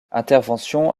intervention